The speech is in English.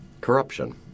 corruption